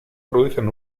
producen